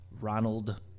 Ronald